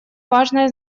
важное